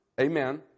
Amen